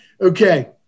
Okay